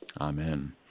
Amen